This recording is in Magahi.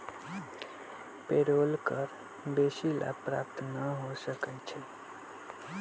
पेरोल कर बेशी लाभ प्राप्त न हो सकै छइ